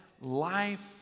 life